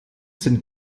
sind